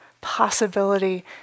possibility